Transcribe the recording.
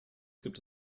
gibt